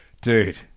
Dude